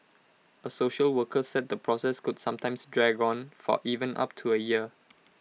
A social worker said the process could sometimes drag on for even up to A year